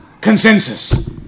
consensus